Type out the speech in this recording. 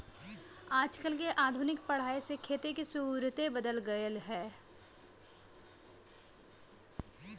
आजकल के आधुनिक पढ़ाई से खेती के सुउरते बदल गएल ह